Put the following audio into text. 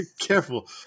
careful